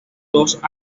dos